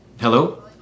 Hello